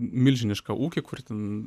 milžinišką ūkį kurį ten